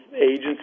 agencies